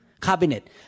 Cabinet